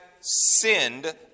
sinned